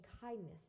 kindness